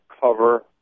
cover